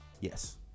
yes